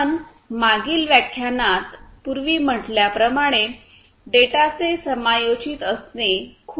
आपण मागील व्याख्यानात पूर्वी म्हटल्या प्रमाणे डेटाचे समयोचित असणे खूप महत्वाचे आहे